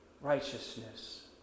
righteousness